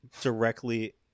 directly